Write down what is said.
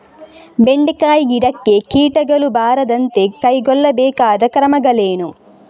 ಬೆಂಡೆಕಾಯಿ ಗಿಡಕ್ಕೆ ಕೀಟಗಳು ಬಾರದಂತೆ ಕೈಗೊಳ್ಳಬೇಕಾದ ಕ್ರಮಗಳೇನು?